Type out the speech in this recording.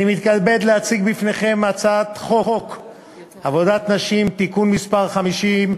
אני מתכבד להציג בפניכם את הצעת חוק עבודת נשים (תיקון מס' 50),